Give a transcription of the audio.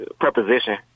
preposition